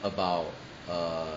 about err